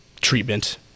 treatment